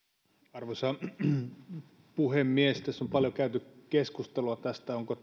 arvoisa puhemies tässä on paljon käyty keskustelua onko